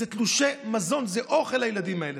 זה תלושי מזון, זה אוכל לילדים האלה.